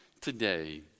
today